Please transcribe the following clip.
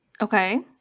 Okay